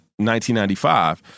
1995